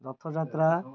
Rath Yatra